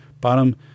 bottom